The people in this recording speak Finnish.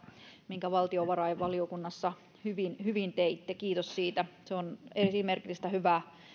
minkä valtiovarainvaliokunnassa hyvin hyvin teitte kiitos siitä se on esimerkillistä